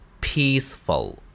Peaceful